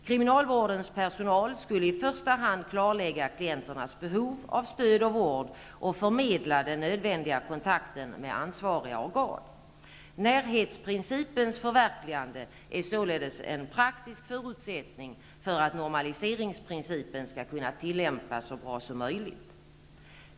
Kriminalvårdens personal skulle i första hand klarlägga klienternas behov av stöd och vård och förmedla den nödvändiga kontakten med ansvariga organ. Närhetsprincipens förverkligande är således en praktisk förutsättning för att normaliseringsprincipen skall kunna tillämpas så bra som möjligt.